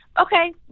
Okay